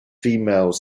females